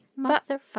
Motherfucker